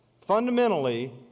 Fundamentally